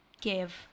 give